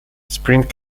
sprint